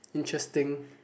interesting